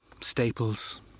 Staples